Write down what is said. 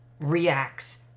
reacts